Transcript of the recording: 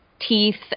teeth